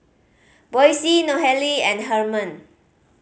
Boysie Nohely and Hernan